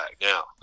now